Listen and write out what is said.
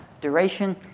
Duration